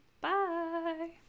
Bye